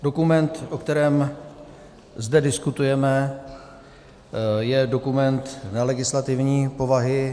Dokument, o kterém zde diskutujeme, je dokument nelegislativní povahy.